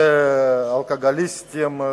לאלכוהוליסטים,